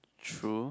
true